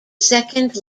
second